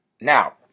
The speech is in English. Now